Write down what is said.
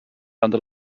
under